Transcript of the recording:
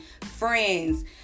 friends